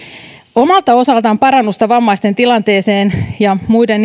omalta osaltaan parannusta vammaisten tilanteeseen ja muiden